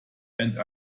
and